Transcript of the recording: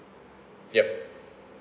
yup